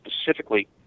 specifically